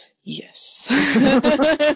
Yes